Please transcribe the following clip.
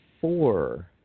four